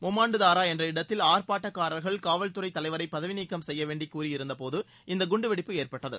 முமான்டு தாரா என்ற இடத்தில் ஆர்பாட்டக்காரர்கள் காவல்துறை தலைவரை பதவி நீக்கம் செய்ய வேண்டி கூறியிருந்தபோது இந்த குண்டுவெடிப்பு ஏற்பட்டது